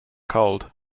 cold